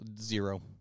Zero